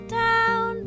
down